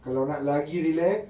kalau nak lagi rilek